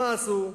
מה עשו?